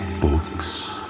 books